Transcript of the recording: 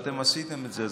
אתם עשיתם את זה,